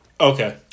Okay